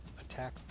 Attack